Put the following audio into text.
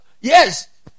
yes